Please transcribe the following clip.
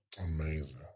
Amazing